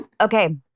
Okay